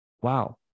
wow